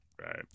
Right